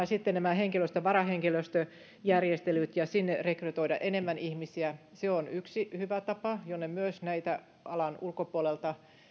sitten nämä varahenkilöstöjärjestelyt ja se että sinne rekrytoitaisiin enemmän ihmisiä se on yksi hyvä tapa jolla myös näitä alan ulkopuolelle